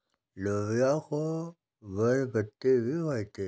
लोबिया को बरबट्टी भी कहते हैं